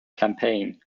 campaign